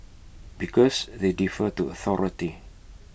because they defer to authority